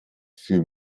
für